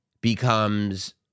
becomes